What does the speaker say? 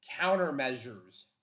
countermeasures